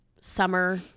summer